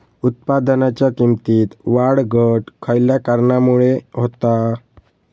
उत्पादनाच्या किमतीत वाढ घट खयल्या कारणामुळे होता?